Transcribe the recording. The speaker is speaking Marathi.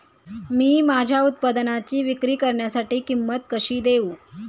मी माझ्या उत्पादनाची विक्री करण्यासाठी किंमत कशी देऊ?